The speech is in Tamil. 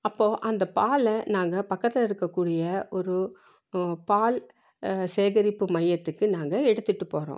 அப்போது அந்த பாலை நாங்கள் பக்கத்தில் இருக்கக்கூடிய ஒரு பால் சேகரிப்பு மையத்துக்கு நாங்கள் எடுத்துட்டு போகிறோம்